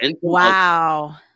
Wow